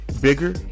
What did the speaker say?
bigger